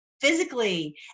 physically